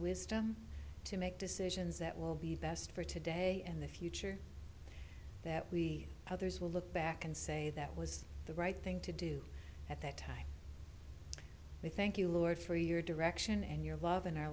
wisdom to make decisions that will be best for today and the future that we others will look back and say that was the right thing to do at that time we thank you lord for your direction and your love in our